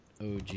OG